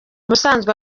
busanzwe